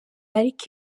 ariko